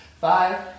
Five